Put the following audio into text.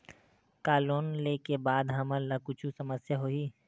का लोन ले के बाद हमन ला कुछु समस्या होही?